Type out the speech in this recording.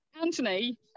Anthony